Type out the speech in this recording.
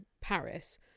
Paris